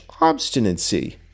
obstinacy